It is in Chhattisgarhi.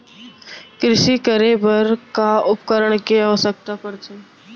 कृषि करे बर का का उपकरण के आवश्यकता परथे?